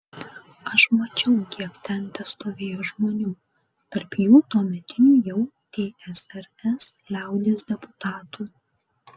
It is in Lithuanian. aš mačiau kiek ten testovėjo žmonių tarp jų tuometinių jau tsrs liaudies deputatų